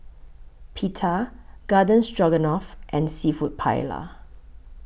Pita Garden Stroganoff and Seafood Paella